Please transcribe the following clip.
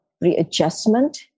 readjustment